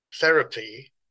therapy